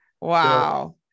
Wow